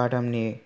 बादामनि